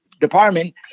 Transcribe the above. Department